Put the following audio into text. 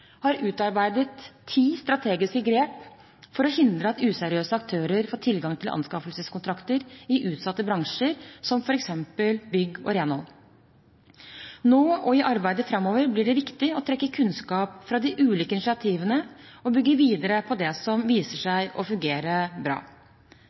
har utarbeidet ti strategiske grep for å hindre at useriøse aktører får tilgang til anskaffelseskontrakter i utsatte bransjer, som f.eks. bygg og renhold. Nå og i arbeidet framover blir det viktig å trekke kunnskap fra de ulike initiativene og bygge videre på det som viser